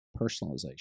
personalization